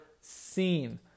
seen